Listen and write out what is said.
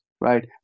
right